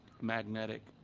magnetic